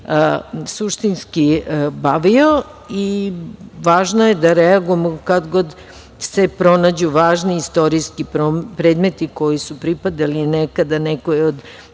suštinski bavio. Važno je da reagujemo kad god se pronađu važni istorijski predmeti koji su pripadali nekada nekoj od